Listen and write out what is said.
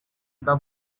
the